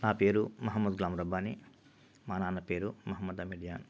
నా పేరు మహమ్మద్ గ్లామరబ్బాని మా నాన్న పేరు మహమ్మద్ అమిద్యాన్